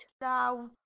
Now